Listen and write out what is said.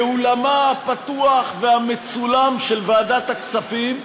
באולמה הפתוח והמצולם של ועדת הכספים,